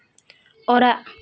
ᱚᱲᱟᱜ